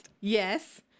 Yes